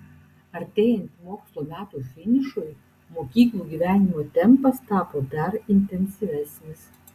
artėjant mokslo metų finišui mokyklų gyvenimo tempas tapo dar intensyvesnis